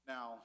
Now